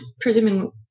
presuming